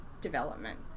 Development